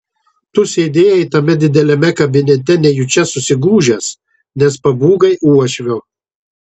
tu sėdėjai tame dideliame kabinete nejučia susigūžęs nes pabūgai uošvio